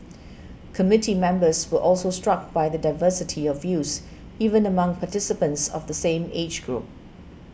committee members were also struck by the diversity of views even among participants of the same age group